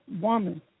woman